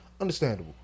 Understandable